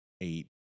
eight